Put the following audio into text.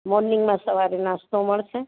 મોર્નિંગમાં સવારે નાસ્તો મળશે